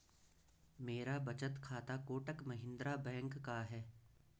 मेरा बचत खाता कोटक महिंद्रा बैंक का है